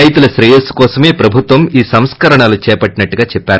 రైతుల శ్రేయస్సు కోసమే ప్రభుత్వం ఈ సంస్కరణలను చేపట్లిందని చెప్పారు